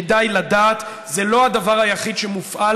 כדאי לדעת שזה לא הדבר היחיד שמופעל